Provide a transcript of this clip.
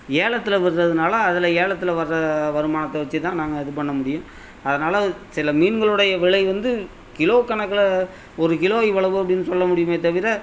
ஏலத்தில் விடுறதுனால அதில் ஏலத்தில் வர்ற வருமானத்தை வச்சு தான் நாங்கள் இது பண்ண முடியும் அதனால சில மீன்களுடைய விலை வந்து கிலோக்கணக்கில் ஒரு கிலோ இவ்வளவு அப்படின்னு சொல்லமுடியுமே தவிர